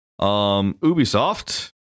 Ubisoft